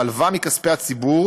מלווה מכספי הציבור